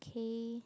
K